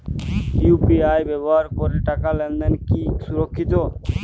UPI ব্যবহার করে টাকা লেনদেন কি সুরক্ষিত?